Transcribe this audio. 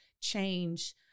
change